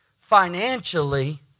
financially